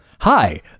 Hi